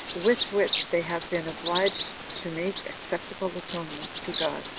with which they have been obliged to make acceptable atonements to god.